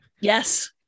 yes